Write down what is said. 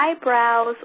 eyebrows